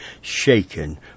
shaken